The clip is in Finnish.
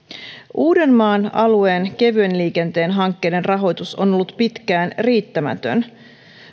uudenmaan alueen kevyen liikenteen hankkeiden rahoitus on ollut pitkään riittämätön